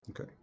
Okay